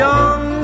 Young